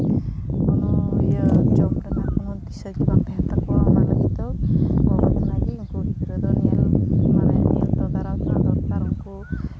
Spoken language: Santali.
ᱤᱭᱟᱹ ᱡᱚᱢ ᱞᱮᱠᱷᱟᱱ ᱦᱚᱸ ᱫᱤᱥᱟᱹ ᱵᱟᱝ ᱛᱟᱦᱮᱱ ᱛᱟᱠᱚᱣᱟ ᱚᱱᱟ ᱞᱟᱹᱜᱤᱫ ᱫᱚ ᱚᱱᱟ ᱠᱚᱦᱟᱸᱜ ᱜᱮ ᱩᱱᱠᱩ ᱜᱤᱫᱽᱨᱟᱹ ᱫᱚ ᱧᱮᱞ ᱢᱟᱱᱮ ᱧᱮᱞ ᱫᱚ ᱠᱚ